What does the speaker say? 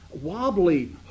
wobbly